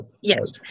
Yes